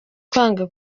kwanga